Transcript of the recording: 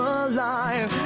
alive